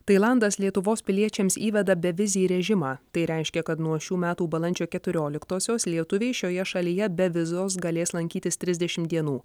tailandas lietuvos piliečiams įveda bevizį režimą tai reiškia kad nuo šių metų balandžio keturioliktosios lietuviai šioje šalyje be vizos galės lankytis trisdešim dienų